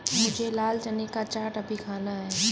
मुझे लाल चने का चाट अभी खाना है